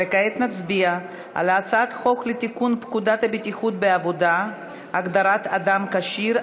וכעת נצביע על הצעת חוק לתיקון פקודת הבטיחות בעבודה (הגדרת אדם כשיר),